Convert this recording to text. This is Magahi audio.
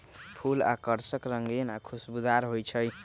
फूल आकर्षक रंगीन आ खुशबूदार हो ईछई